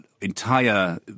entire